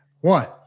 One